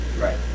Right